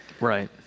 right